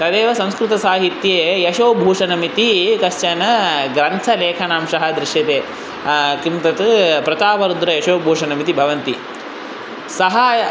तदेव संस्कृतसाहित्ये यशोभूषणमिति कश्चन ग्रन्थलेखनांशः दृश्यते किं तत् प्रातावर्द्र यशोभूषणमिति भवन्ति सहायम्